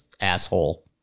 asshole